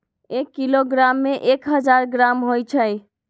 एक किलोग्राम में एक हजार ग्राम होई छई